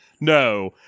no